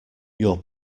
your